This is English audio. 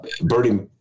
Bernie